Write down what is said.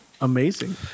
Amazing